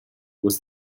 was